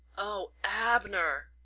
oh, abner,